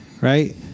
right